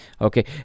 okay